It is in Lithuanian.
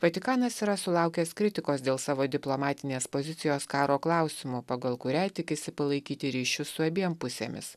vatikanas yra sulaukęs kritikos dėl savo diplomatinės pozicijos karo klausimu pagal kurią tikisi palaikyti ryšius su abiem pusėmis